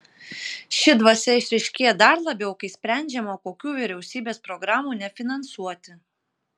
ši dvasia išryškėja dar labiau kai sprendžiama kokių vyriausybės programų nefinansuoti